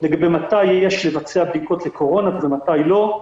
לגבי מתי יש לבצע בדיקות לקורונה ומתי לא.